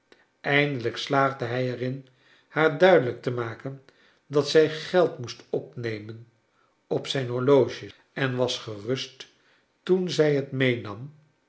eindelijk slaagde hij er in haar duidelijk te maken dat zrj geld moest opnemen op zijn horloge en was gerust toen zij het meenam